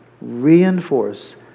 reinforce